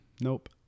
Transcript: nope